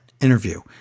interview